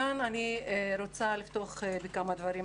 כאן אני רוצה לפתוח בכמה דברים.